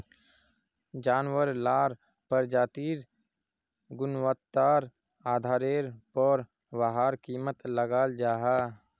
जानवार लार प्रजातिर गुन्वात्तार आधारेर पोर वहार कीमत लगाल जाहा